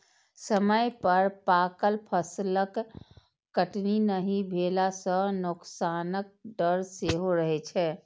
समय पर पाकल फसलक कटनी नहि भेला सं नोकसानक डर सेहो रहै छै